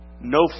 No